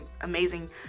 amazing